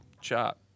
chop